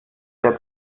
der